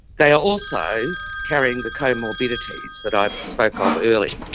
they are also carrying the comorbidities that i spoke of earlier.